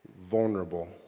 vulnerable